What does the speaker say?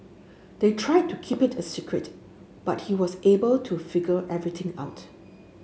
they tried to keep it a secret but he was able to figure everything out